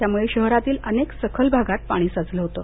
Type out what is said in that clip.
त्यामुळे शहरातील अनेक सखलभागात पाणी साचलं होतं